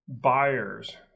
buyers